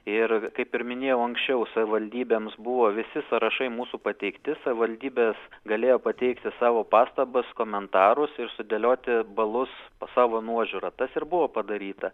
ir kaip ir minėjau anksčiau savivaldybėms buvo visi sąrašai mūsų pateikti savivaldybės galėjo pateikti savo pastabas komentarus ir sudėlioti balus savo nuožiūra tas ir buvo padaryta